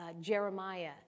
Jeremiah